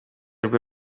rwe